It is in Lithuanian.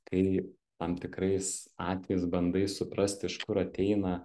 kai tam tikrais atvejais bandai suprasti iš kur ateina